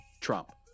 Trump